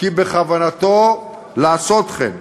כי בכוונתו לעשות כן,